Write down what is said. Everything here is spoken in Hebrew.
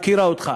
הפקירה אותך